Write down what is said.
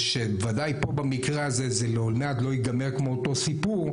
ובוודאי פה במקרה הזה זה לעולם לא ייגמר כמו אותו סיפור,